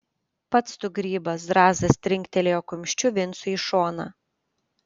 pats tu grybas zrazas trinktelėjo kumščiu vincui į šoną